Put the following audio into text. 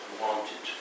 wanted